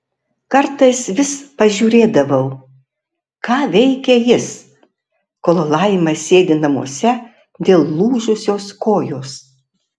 kartais vis pažiūrėdavau ką veikia jis kol laima sėdi namuose dėl lūžusios kojos